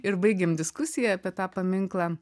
ir baigėm diskusiją apie tą paminklą